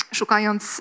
szukając